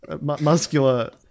muscular